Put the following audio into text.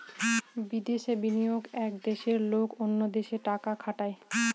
বিদেশে বিনিয়োগ এক দেশের লোক অন্য দেশে টাকা খাটায়